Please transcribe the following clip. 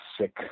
sick